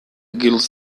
guils